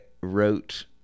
wrote